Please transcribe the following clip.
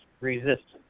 resistance